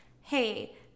hey